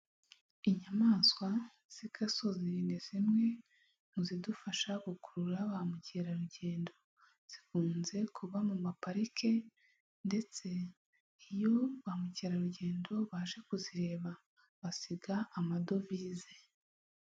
Inyamaswa z'igasozi ni zimwe mu zidufasha gukurura ba mukerarugendo, zikunze kuba mu maparike ndetse iyo ba mukerarugendo baje kuzireba basiga amadovize.